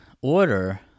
order